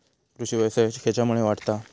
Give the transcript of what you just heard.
कृषीव्यवसाय खेच्यामुळे वाढता हा?